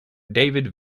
david